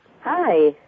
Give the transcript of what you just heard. Hi